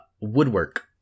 woodwork